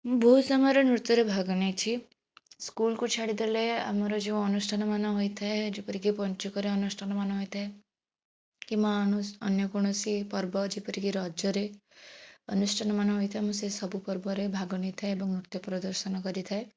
ମୁଁ ବହୁତ ସମୟରେ ନୃତ୍ୟରେ ଭାଗ ନେଇଛି ସ୍କୁଲକୁ ଛାଡ଼ିଦେଲେ ଆମର ଯେଉଁ ଅନୁଷ୍ଠାନମାନ ହୋଇଥାଏ ଯେପରି କି ପଞ୍ଚୁକରେ ଅନୁଷ୍ଠାନମାନ ହୋଇଥାଏ କିମ୍ବା ଅନ୍ୟ କୌଣସି ପର୍ବ ଯେପରି କି ରଜରେ ଅନୁଷ୍ଠାନମାନ ହୋଇଥାଏ ମୁଁ ସେସବୁ ପର୍ବରେ ଭାଗ ନେଇଥାଏ ଏବଂ ନୃତ୍ୟ ପ୍ରଦର୍ଶନ କରିଥାଏ